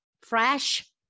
fresh